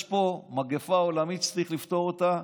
יש פה מגפה עולמית שצריך לפתור אותה.